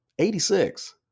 86